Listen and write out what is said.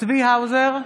צבי האוזר,